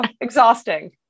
exhausting